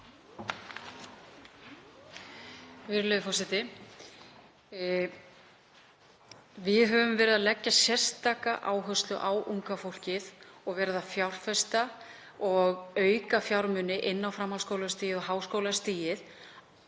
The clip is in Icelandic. Við höfum lagt sérstaka áherslu á unga fólkið og verið að fjárfesta og auka fjármuni inn á framhaldsskólastigið og háskólastigið